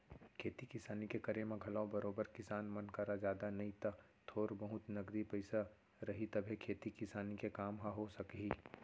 खेती किसानी के करे म घलौ बरोबर किसान मन करा जादा नई त थोर बहुत नगदी पइसा रही तभे खेती किसानी के काम ह हो सकही